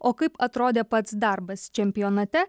o kaip atrodė pats darbas čempionate